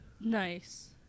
nice